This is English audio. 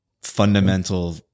fundamental